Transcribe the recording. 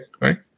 right